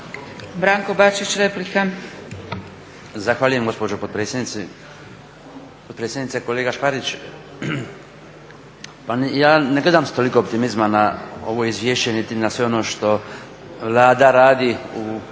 Branko (HDZ)** Zahvaljujem gospođo potpredsjednice. Kolega Škvarić, ja ne gledam sa toliko optimizma na ovo izvješće niti na sve ono što Vlada radi u